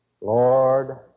Lord